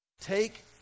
Take